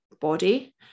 body